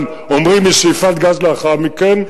אבל אומרים משאיפת גז לאחר מכן,